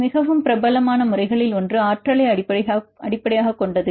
மிகவும் பிரபலமான முறைகளில் ஒன்று ஆற்றலை அடிப்படையாகக் கொண்டது